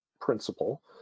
principle